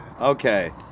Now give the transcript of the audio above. Okay